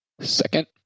Second